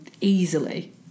easily